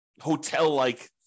hotel-like